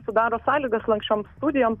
sudaro sąlygas lanksčioms studijom